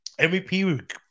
MVP